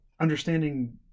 understanding